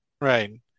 right